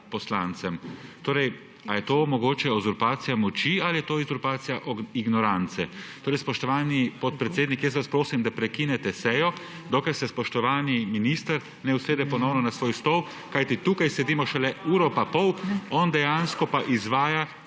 poslancem. Ali je to mogoče uzurpacija moči, ali je to uzurpacija ignorance? Spoštovani podpredsednik, jaz vas prosim, da prekinete sejo, dokler se spoštovani minister ne usede ponovno na svoj stol, kajti tukaj sedimo šele uro in pol, on pa dejansko tukaj izvaja